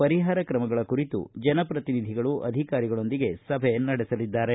ಪರಿಹಾರ ಕ್ರಮಗಳ ಕುರಿತು ಜನಪ್ರತಿನಿಧಿಗಳು ಅಧಿಕಾರಿಗಳೊಂದಿಗೆ ಸಭೆ ನಡೆಸಲಿದ್ದಾರೆ